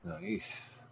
Nice